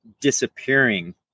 disappearing